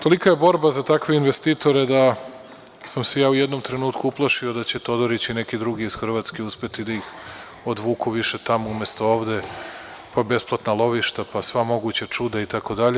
Tolika je borba za takve investitore da sam se ja u jednom trenutku uplašio da će Todorić i neki drugi iz Hrvatske uspeti da ih odvuku više tamo umesto ovde, pa besplatna lovišta, pa sva moguća čuda itd.